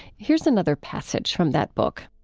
here's another passage from that book